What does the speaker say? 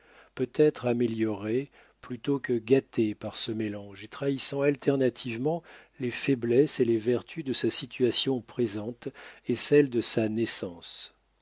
peut-être amélioré plutôt que gâté par ce mélange et trahissant alternativement les faiblesses et les vertus de sa situation présente et celles de sa naissance